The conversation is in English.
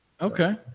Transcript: Okay